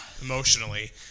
Emotionally